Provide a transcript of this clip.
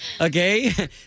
Okay